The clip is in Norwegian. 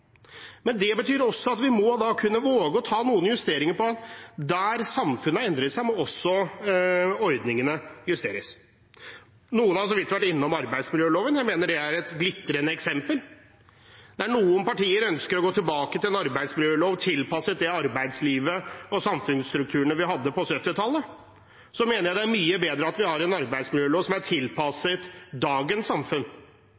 Men det betyr også at vi da må kunne våge å ta noen justeringer. Der samfunnet har endret seg, må også ordningene justeres. Noen har så vidt vært innom arbeidsmiljøloven. Jeg mener det er et glitrende eksempel. Der noen partier ønsker å gå tilbake til en arbeidsmiljølov tilpasset arbeidslivet og samfunnsstrukturene vi hadde på 1970-tallet, mener jeg det er mye bedre at vi har en arbeidsmiljølov som er